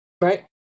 Right